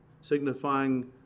signifying